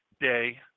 day